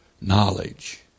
knowledge